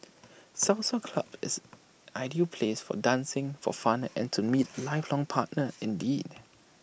salsa club is ideal place for dancing for fun and to meet lifelong partner indeed